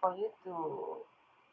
for you to